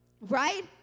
right